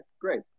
great